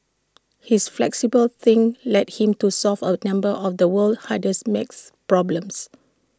his flexible thinking led him to solve A number of the world's hardest math problems